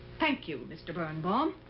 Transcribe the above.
thank you, mr. birnbaum.